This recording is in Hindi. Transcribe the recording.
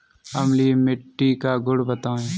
अम्लीय मिट्टी का गुण बताइये